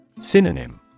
Synonym